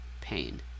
pain